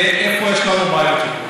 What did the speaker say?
ואיפה יש לנו בעיות.